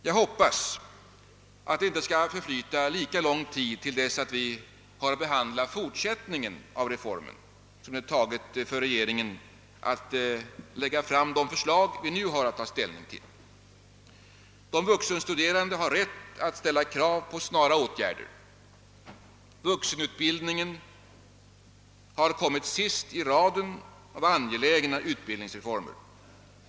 Jag hoppas att det inte skall förflyta lika lång tid till dess att vi har att behandla fortsättningen av reformen som det tagit för regeringen att framlägga de förslag vi nu har att ta ställning till. De vuxenstuderande har rätt att ställa krav på snara åtgärder. Vuxenutbildningen har kommit sist i raden av angelägna utbildningsreformer.